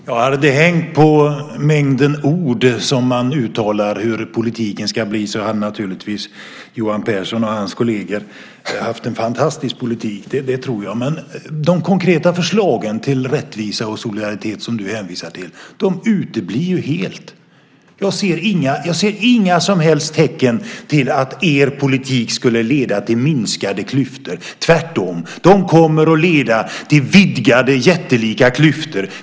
Fru talman! Hade det hängt på mängden ord som man uttalar om hur politiken ska bli hade Johan Pehrson och hans kolleger haft en fantastisk politik, det tror jag. Men de konkreta förslag till rättvisa och solidaritet som du hänvisar till uteblir helt. Jag ser inga som helst tecken på att er politik skulle leda till minskade klyftor, tvärtom. Den kommer att leda till vidgade jättelika klyftor.